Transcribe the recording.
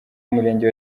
umurenge